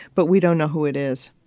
but we don't know who it is.